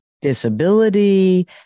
disability